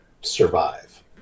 survive